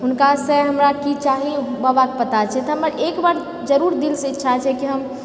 हुनकासँ हमरा की चाही बाबाके पता छै तऽहमरा एक बार जरूर दिलसँ इच्छा छै कि एक बेर हम